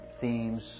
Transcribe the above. themes